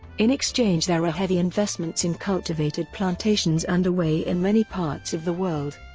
in exchange there are heavy investments in cultivated plantations under way in many parts of the world.